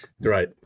right